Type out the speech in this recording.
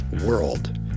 world